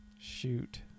Shoot